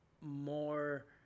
more